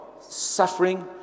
suffering